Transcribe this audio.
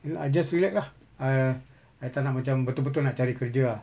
then I just rilek lah uh I tak nak macam betul betul nak cari kerja ah